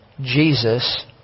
Jesus